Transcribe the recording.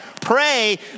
Pray